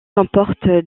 comporte